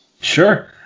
Sure